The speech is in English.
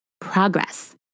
progress